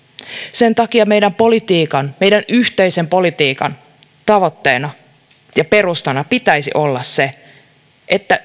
sen takia meidän politiikkamme meidän yhteisen politiikkamme tavoitteena ja perustana pitäisi olla se että